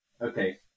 Okay